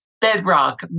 bedrock